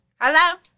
hello